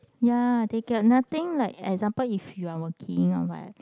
ya they get nothing like example if you are working or like